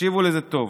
תקשיבו לזה טוב: